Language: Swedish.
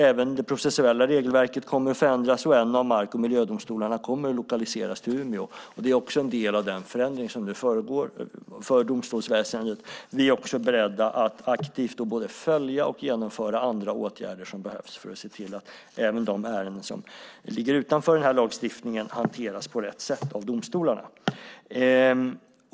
Även det processuella regelverket kommer att förändras, och en av mark och miljödomstolarna kommer att lokaliseras till Umeå. Det är också en del av den förändring som nu pågår för domstolsväsendet. Vi är också beredda att aktivt både följa och genomföra andra åtgärder som behövs för att se till att även de ärenden som ligger utanför den här lagstiftningen hanteras på rätt sätt av domstolarna.